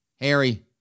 Harry